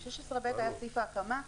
אם 16ב הוא סעיף ההקמה,